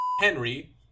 Henry